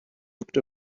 looked